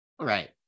Right